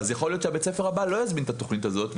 אז יכול להיות שבית הספר הבא לא יזמין את התוכנית הזאת,